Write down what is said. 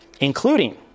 including